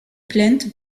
plainte